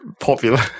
popular